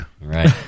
Right